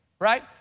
right